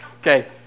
okay